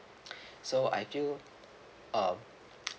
so I feel um